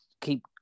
keep